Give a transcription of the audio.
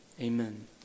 Amen